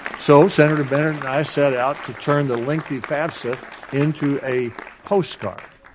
so, senator bennet and i set out to turn the lengthy fafsa into a postcard.